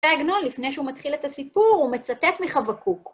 עגנון, לפני שהוא מתחיל את הסיפור, הוא מצטט מחבקוק.